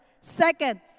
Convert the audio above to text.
Second